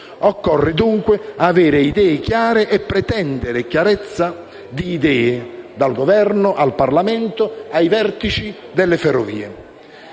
Occorre, dunque, avere idee chiare e pretendere chiarezza di idee dal Governo al Parlamento ai vertici di Ferrovie;